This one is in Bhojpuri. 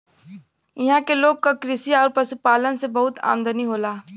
इहां के लोग क कृषि आउर पशुपालन से बहुत आमदनी होला